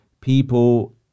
people